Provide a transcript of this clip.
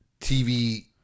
TV